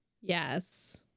yes